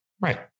Right